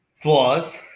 flaws